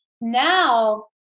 now